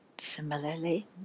similarly